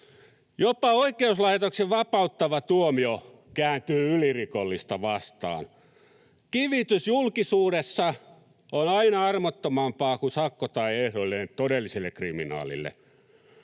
Jopa oikeuslaitoksen vapauttava tuomio kääntyy ylirikollista vastaan. Kivitys julkisuudessa on aina armottomampaa kuin sakko tai ehdollinen todelliselle kriminaalille.